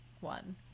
one